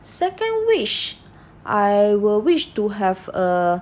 second wish I will wish to have a